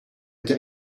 der